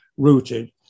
rooted